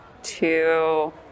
Two